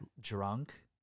drunk